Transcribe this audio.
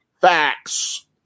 Facts